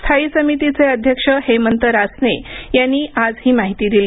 स्थायी समितीचे अध्यक्ष हेमंत रासने यांनी आज ही माहिती दिली